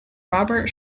robert